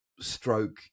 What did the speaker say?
stroke